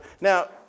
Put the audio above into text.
Now